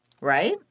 right